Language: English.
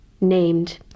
named